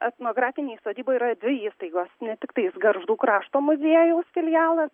etnografinėj sodyboj yra dvi įstaigos ne tik tais gargždų krašto muziejaus filialas